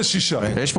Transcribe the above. יש פה